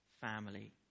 family